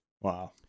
Wow